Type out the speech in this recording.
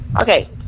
Okay